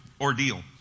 ordeal